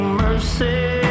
mercy